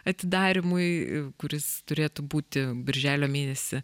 atidarymui kuris turėtų būti birželio mėnesį